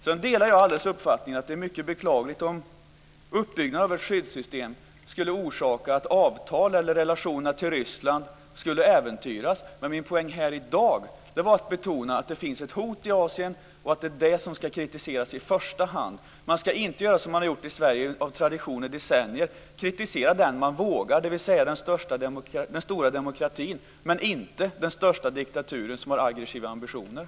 Jag delar vidare helt uppfattningen att det är mycket beklagligt att uppbyggnaden av ett skyddssystem skulle orsaka att avtal med eller relationer till Ryssland skulle äventyras, men min poäng här i dag var att betona att det finns ett hot i Asien och att det är det som i första hand ska kritiseras. Man ska inte göra som man i Sverige av tradition har gjort i decennier, kritisera den som man vågar kritisera, dvs. den stora demokratin, men inte den största diktaturen, som har aggressiva ambitioner.